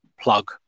plug